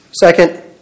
Second